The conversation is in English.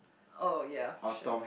oh ya sure